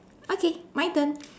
okay my turn